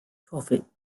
profit